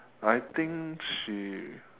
I think she